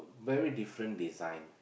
very different design